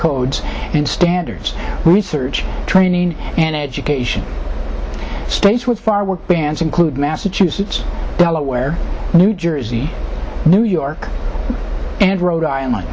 codes and standards research training and education states with far worse bans include massachusetts delaware new jersey new york and rhode island